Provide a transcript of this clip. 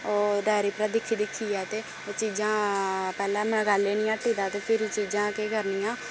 ओह् डायरी परा दिक्खी दिक्खियै ते ओह् चीजां पैह्ले मंगाई लैनियां हट्टी दा ते फिरी चीजां केह् करनियां